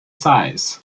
size